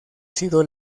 sido